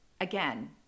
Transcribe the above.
again